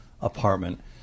apartment